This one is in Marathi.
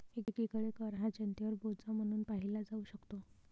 एकीकडे कर हा जनतेवर बोजा म्हणून पाहिला जाऊ शकतो